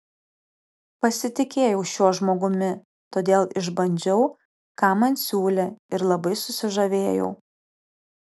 pasitikėjau šiuo žmogumi todėl išbandžiau ką man siūlė ir labai susižavėjau